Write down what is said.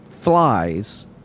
flies